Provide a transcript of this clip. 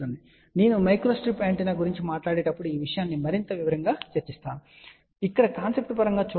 కాబట్టి నేను microstrip antenna గురించి మాట్లాడేటప్పుడు ఈ విషయాన్ని మరింత వివరంగా చర్చించబోతున్నాం అయితే ఇక్కడ కాన్సెప్ట్ పరంగా చూడండి